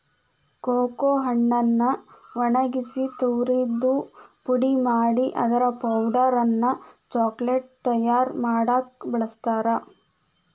cocoa ಹಣ್ಣನ್ನ ಒಣಗಿಸಿ ತುರದು ಪುಡಿ ಮಾಡಿ ಅದರ ಪೌಡರ್ ಅನ್ನ ಚಾಕೊಲೇಟ್ ತಯಾರ್ ಮಾಡಾಕ ಬಳಸ್ತಾರ